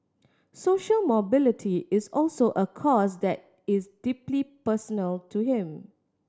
social mobility is also a cause that is deeply personal to him